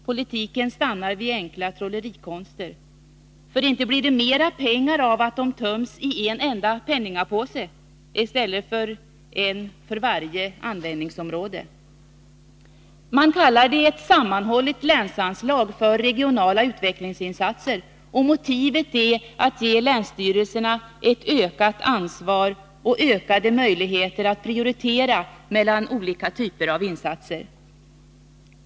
Politiken stannar vid enkla trollerikonster. För inte blir det mera pengar av att de töms i en enda penningapåse i stället för en för varje användningsområde. Man kallar det ett sammanhållet länsanslag för regionala utvecklingsinsatser, och motivet är att ge länsstyrelserna ett ökat ansvar och ökade möjligheter att prioritera mellan olika typer av insatser.